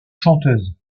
chanteuse